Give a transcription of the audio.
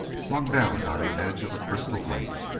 flung down by the edge of a crystal lake,